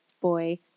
boy